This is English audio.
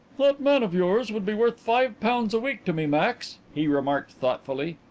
that man of yours would be worth five pounds a week to me, max, he remarked thoughtfully.